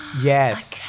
Yes